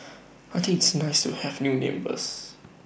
I think it's nice to have new neighbours